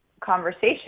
conversation